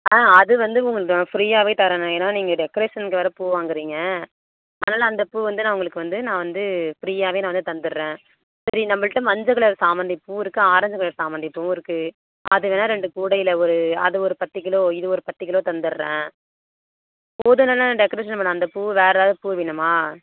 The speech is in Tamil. ஆ அது வந்து உங்களுக்கு நான் ஃப்ரீயாகவே தரேண்ணே ஏனால் நீங்கள் டெக்கரேஷன்க்கு வேறு பூ வாங்கறீங்க அதனால் அந்த பூ வந்து நான் உங்களுக்கு வந்து நான் வந்து ஃப்ரீயாகவே நான் வந்து தந்துடறேன் சரி நம்பள்கிட்ட மஞ்சள் கலர் சாமந்தி பூவும் இருக்குது ஆரஞ்சி கலர் சாமந்தி பூவும் இருக்குது அதுனால் ரெண்டு கூடையில் ஒரு அது ஒரு பத்து கிலோ இது ஒரு பத்து கிலோ தந்துடறேன் போதும் இல்லைண்ணே டெக்கரேஷன் பண்ண அந்த பூ வேறு ஏதாவுது பூ வேணுமா